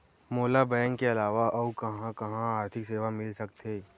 मोला बैंक के अलावा आऊ कहां कहा आर्थिक सेवा मिल सकथे?